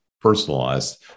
personalized